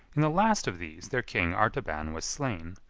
in the last of these their king artaban was slain,